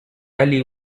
alley